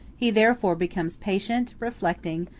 he therefore becomes patient, reflecting,